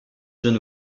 john